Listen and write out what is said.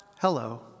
hello